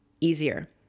easier